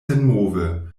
senmove